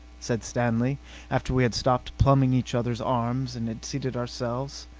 said stanley after we had stopped pumping each other's arms and had seated ourselves.